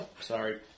Sorry